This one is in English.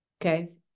Okay